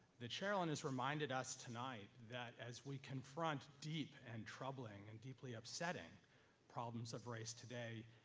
that sherrilyn has reminded us tonight that as we confront deep and troubling and deeply upsetting problems of race today,